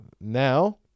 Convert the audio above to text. Now